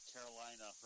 Carolina